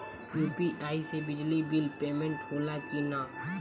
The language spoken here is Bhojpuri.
यू.पी.आई से बिजली बिल पमेन्ट होला कि न?